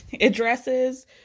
addresses